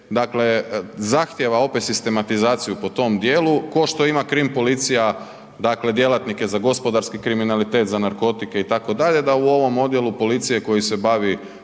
dakle zahtijeva opet sistematizaciju po tom dijelu, kao što ima krim policija dakle djelatnike za gospodarski kriminalitet, za narkotike, itd., da u ovom odjelu policije koji se bavi